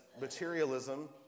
materialism